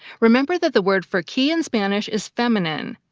remember that the word for key in spanish is feminine,